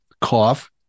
cough